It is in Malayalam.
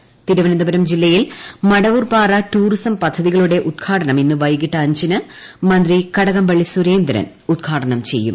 മടവൂർ പാറ തിരുവന്തപുരം ജില്ലയിലെ ് മടവൂർപാറ ടൂറിസം പദ്ധതികളുടെ ഉദ്ഘാടനം ഇന്ന് വൈകീട്ട് അഞ്ചിന് മന്ത്രി കടകംപള്ളി സുരേന്ദ്രൻ ഉദ്ഘാടനം ചെയ്യും